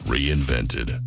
Reinvented